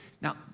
Now